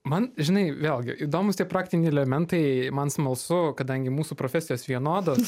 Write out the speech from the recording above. man žinai vėlgi įdomūs tai praktiniai elementai man smalsu kadangi mūsų profesijos vienodos